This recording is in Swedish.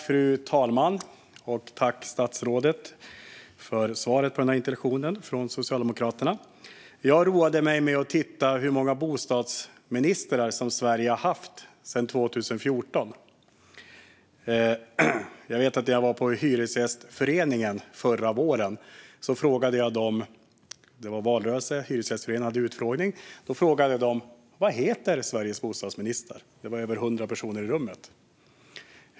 Fru talman! Tack för svaret på interpellationen från Socialdemokraterna, statsrådet! Jag roade mig med att titta på hur många bostadsministrar Sverige har haft sedan 2014. Jag var hos Hyresgästföreningen förra våren - det var valrörelse, och de hade en utfrågning - och frågade dem vad Sveriges bostadsminister hette. Det var över hundra personer i rummet.